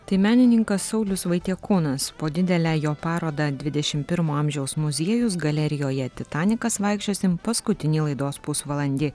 tai menininkas saulius vaitiekūnas po didelę jo parodą dvidešimt pirmo amžiaus muziejus galerijoje titanikas vaikščiosim paskutinį laidos pusvalandį